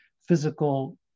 physical